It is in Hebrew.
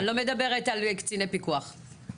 אני לא מדברת על קציני פיקוח.